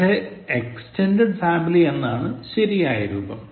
പക്ഷേ extended family എന്നതാണ് ശരിയായ രൂപം